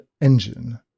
engine